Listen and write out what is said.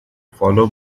follow